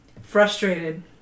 frustrated